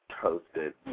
toasted